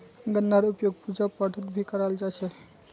गन्नार उपयोग पूजा पाठत भी कराल जा छे